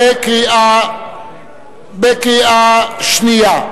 בקריאה שנייה.